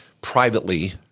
privately